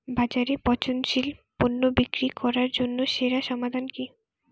বাজারে পচনশীল পণ্য বিক্রি করার জন্য সেরা সমাধান কি?